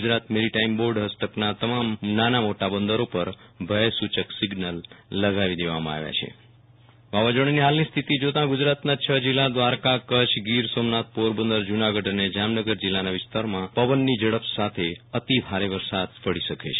Gujarat maritime board હસ્તકના તમામનાના મોટા બંદર પર ભયસૂ ચક સિઝલ લગાવાઇ દેવાયા છે વાવાઝોડાની ફોલની સ્થિતિ જોતા ગુજરાતના છ જીલ્લા દ્રારકાકચ્છ ગીર સોમનાથ પોરબંદર જુનાગઢ અને જામનગર જીલ્લાના વિસ્તારોમાં પવનની ઝડપ સાથે અતિભારે વરસાદ પણ પડી શકે છે